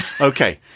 Okay